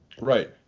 Right